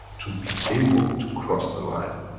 to be able to cross the line.